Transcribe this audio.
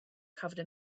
covered